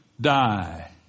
die